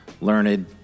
learned